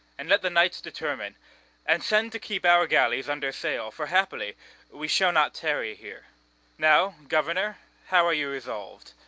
and let the knights determine and send to keep our galleys under sail, for happily we shall not tarry here now, governor, how are you resolv'd?